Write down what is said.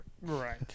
Right